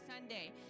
Sunday